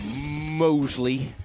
Mosley